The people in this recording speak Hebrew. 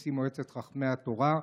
נשיא מועצת חכמי התורה,